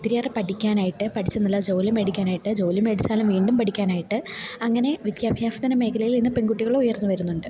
ഒത്തിരിയേറെ പഠിക്കാനായിട്ട് പഠിച്ച് നല്ല ജോലി മേടിക്കാനായിട്ട് ജോലി മേടിച്ചാലും വീണ്ടും പഠിക്കാനായിട്ട് അങ്ങനെ വിദ്യാഭ്യാസത്തിന്റെ മേഖലയില് ഇന്ന് പെണ്കുട്ടികളും ഉയർന്നുവരുന്നുണ്ട്